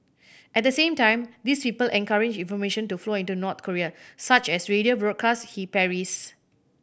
at the same time these people encourage information to flow into North Korea such as radio broadcasts he parries